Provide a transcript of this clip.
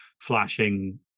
flashing